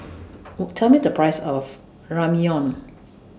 Tell Me The Price of Ramyeon